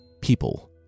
People